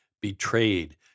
betrayed